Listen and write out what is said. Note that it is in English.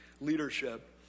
leadership